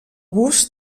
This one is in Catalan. bus